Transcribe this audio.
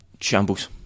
Shambles